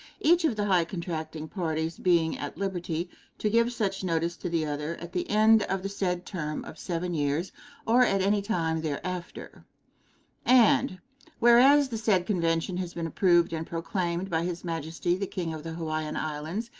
each of the high contracting parties being at liberty to give such notice to the other at the end of the said term of seven years or at any time thereafter and whereas the said convention has been approved and proclaimed by his majesty the king of the hawaiian islands,